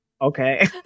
Okay